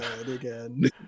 again